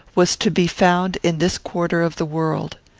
was to be found in this quarter of the world.